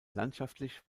landschaftlich